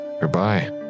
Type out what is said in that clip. Goodbye